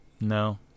no